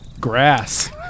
grass